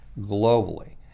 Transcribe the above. globally